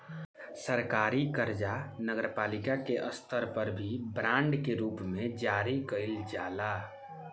सरकारी कर्जा नगरपालिका के स्तर पर भी बांड के रूप में जारी कईल जाला